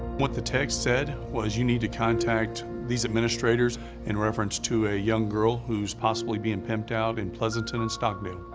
what the text said was you need to contact these administrators in reference to a young girl who's possibly being pimped out in pleasanton and stockdale.